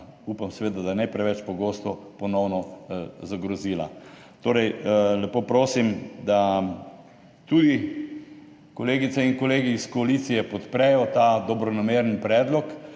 upam, seveda, da ne preveč pogosto, ponovno zagrozila. Torej, lepo prosim, da tudi kolegice in kolegi iz koalicije podprejo ta dobronameren predlog,